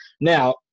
now